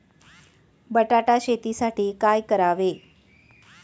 बटाटा शेतीसाठी काय करावे?